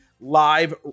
live